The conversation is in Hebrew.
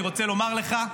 אני רוצה לומר לך,